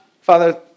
Father